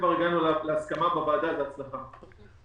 הגענו להסכמה בוועדה, זו הצלחה.